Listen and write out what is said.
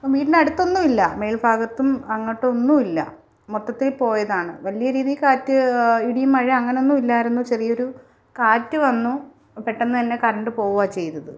ഇപ്പം വീടിനടുത്തൊന്നും ഇല്ല മേൽഭാഗത്തും അങ്ങോട്ടൊന്നും ഇല്ല മൊത്തത്തിൽ പോയതാണ് വലിയ രീതിയിൽ കാറ്റ് ഇടിയും മഴ അങ്ങനൊന്നും ഇല്ലായിരുന്നു ചെറിയൊരു കാറ്റ് വന്നു പെട്ടെന്ന് തന്നെ കറണ്ട് പോവുകയാണ് ചെയ്തത്